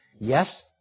Yes